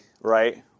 right